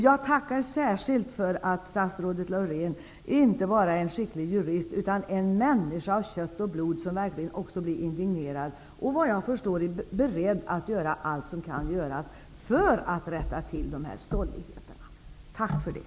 Jag tackar särskilt för att statsrådet Laurén inte bara är en skicklig jurist, utan också en människa av kött och blod som verkligen kan bli indignerad och som är beredd att göra allt vad som kan göras för att rätta till dessa stolligheter. Tack för det.